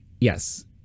yes